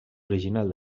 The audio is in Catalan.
original